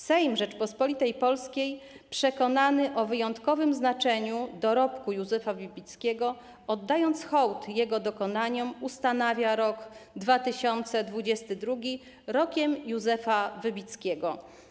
Sejm Rzeczypospolitej Polskiej, przekonany o wyjątkowym znaczeniu dorobku Józefa Wybickiego, oddając hołd jego dokonaniom, ustanawia rok 2022 Rokiem Józefa Wybickiego”